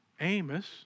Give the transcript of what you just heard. Amos